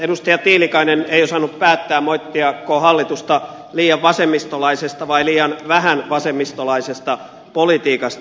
edustaja tiilikainen ei osannut päättää moittiako hallitusta liian vasemmistolaisesta vai liian vähän vasemmistolaisesta politiikasta